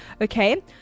okay